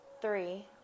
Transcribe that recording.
Three